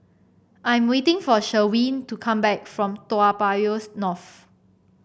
I'm waiting for Sherwin to come back from Toa Payoh North